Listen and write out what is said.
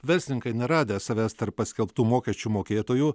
verslininkai neradę savęs tarp paskelbtų mokesčių mokėtojų